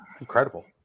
Incredible